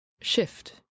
shift